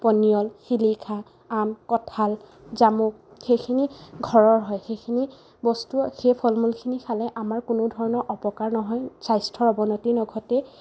পনীয়ল শিলিখা আম কঁঠাল জামু সেইখিনি ঘৰৰ হয় সেইখিনি বস্তু সেই ফল মূলখিনি খালে আমাৰ কোনো ধৰণৰ অপকাৰ নহয় স্বাস্থ্যৰ অৱনতি নঘটে